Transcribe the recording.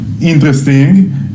Interesting